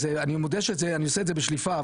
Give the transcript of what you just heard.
אני מודה אני עושה את זה בשליפה,